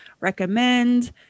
recommend